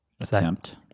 Attempt